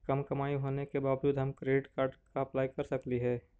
कम कमाई होने के बाबजूद हम क्रेडिट कार्ड ला अप्लाई कर सकली हे?